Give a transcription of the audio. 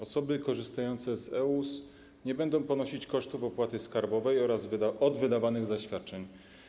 Osoby korzystające z e-US nie będą ponosić kosztów opłaty skarbowej oraz kosztów od wydawanych zaświadczeń.